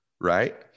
right